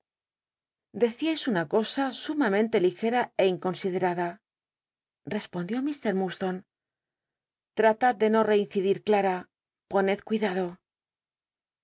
decíais una cosa sumamente ligcm é inconsiderada cspondió mr lltndstonc tratad de no cincidir clara poned cuidado